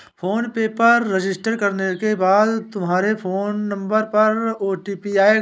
phone पे पर register करने के बाद तुम्हारे फोन नंबर पर ओ.टी.पी आएगा